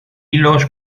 los